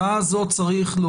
לא צריך לקרוא